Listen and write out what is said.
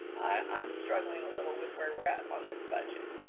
i'm struggling a little with where we're at on this budget.